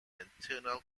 internal